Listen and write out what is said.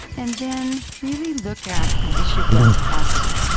and then really look at the issue of reciprocity,